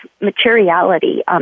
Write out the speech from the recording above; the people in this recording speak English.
materiality